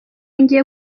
ngiye